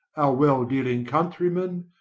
well-dealing countrymen,